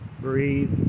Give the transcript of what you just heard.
Breathe